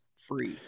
free